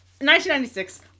1996